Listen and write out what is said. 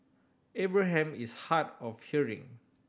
Abraham is hard of hearing